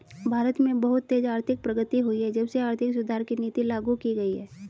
भारत में बहुत तेज आर्थिक प्रगति हुई है जब से आर्थिक सुधार की नीति लागू की गयी है